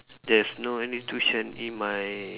there's no any tuition in my